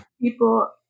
people